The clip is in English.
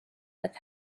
with